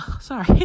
sorry